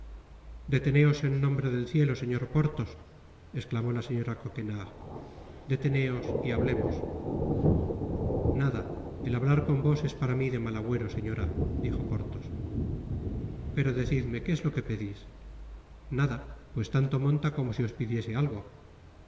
deteneos en nombre del cielo señor porthos esclamó la señora coquenard deteneos y hablemos nada el hablar con vos es para mi de mal agüero señora dijo porthos pero decidme que es lo que pedis nada pues tanto monta como si os pidiese algo